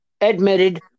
admitted